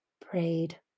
prayed